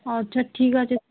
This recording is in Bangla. আচ্ছা ঠিক আছে